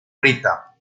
rita